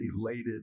elated